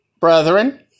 Brethren